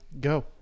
Go